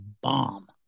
bomb